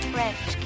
French